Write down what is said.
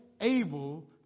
able